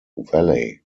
valley